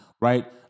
right